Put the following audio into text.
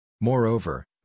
Moreover